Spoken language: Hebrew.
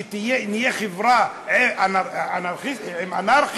שנהיה חברה עם אנרכיה,